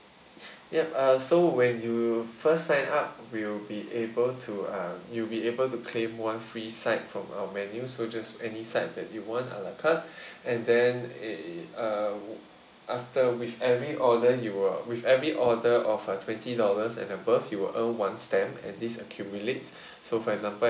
yup uh so when you first sign up we'll be able to um you'll be able to claim one free side from our menu so just any side that you want a la carte and then a uh after with every order you uh with every order of uh twenty dollars and above you'll earn one stamp and this accumulates so for example